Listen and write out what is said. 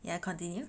ya continue